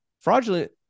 fraudulent